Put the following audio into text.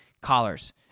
collars